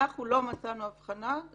אנחנו לא מצאנו אבחנה.